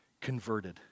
converted